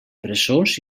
presons